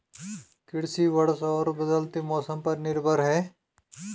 कृषि वर्षा और बदलते मौसम पर निर्भर है